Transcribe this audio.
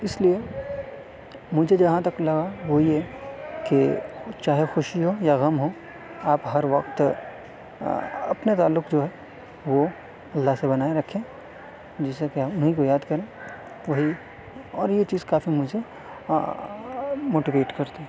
تو اس لیے مجھے جہاں تک لگا وہ یہ کہ چاہے خوشی ہو یا غم ہو آپ ہر وقت اپنے تعلق جو ہے وہ اللہ سے بنائے رکھیں جیسا کہ انھیں کو یاد کریں وہی اور یہ چیز کافی مجھے موٹیویٹ کرتی